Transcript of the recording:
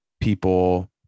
people